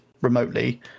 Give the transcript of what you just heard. remotely